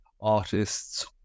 artists